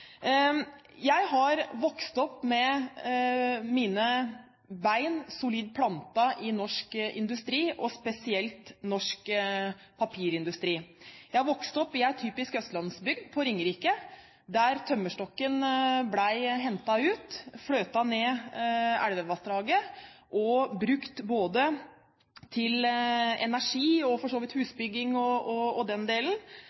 Jeg har vokst opp med mine bein solid plantet i norsk industri, spesielt i norsk papirindustri. Jeg har vokst opp i en typisk østlandsbygd på Ringerike, der tømmerstokken ble hentet ut, fløtet ned elvevassdraget og brukt til energi og for så vidt husbygging og den delen,